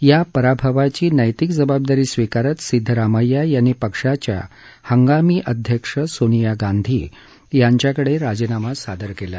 या पराभवाची नैतिक जबाबदारी स्वीकारत सिद्धरामय्या यांनी पक्षाच्या हंगामी अध्यक्ष सोनिया गांधी यांच्यांकडे राजीनामा सादर केला